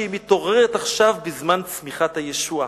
שהיא מתעוררת עכשיו בזמן צמיחת הישועה,